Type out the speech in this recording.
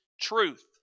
truth